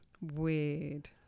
Weird